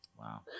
Wow